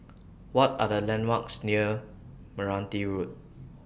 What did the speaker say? What Are The landmarks near Meranti Road